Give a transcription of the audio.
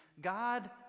God